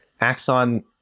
Axon